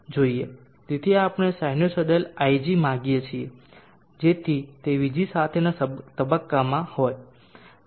તેથી આપણે sinusoidal ig માગીએ છીએ જેથી તે Vg સાથેના તબક્કામાં હોય